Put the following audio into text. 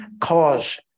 cause